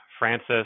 Francis